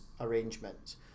arrangement